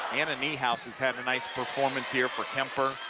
anna niehaus has had a nice performance here for kuemper.